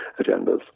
agendas